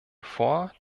vor